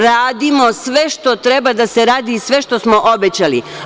Radimo sve što treba da se radi i sve što smo obećali.